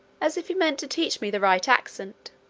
as if he meant to teach me the right accent